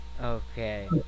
Okay